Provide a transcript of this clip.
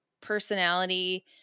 personality